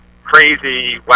crazy